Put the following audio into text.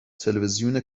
تلویزیون